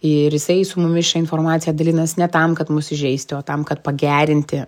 ir jisai su mumis šia informacija dalinas ne tam kad mus įžeisti o tam kad pagerinti